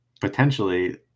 potentially